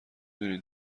دونین